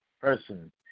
person